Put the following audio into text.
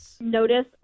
notice